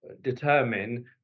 determine